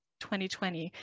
2020